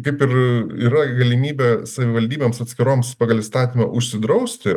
kaip ir yra galimybė savivaldybėms atskiroms pagal įstatymą užsidrausti